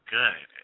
good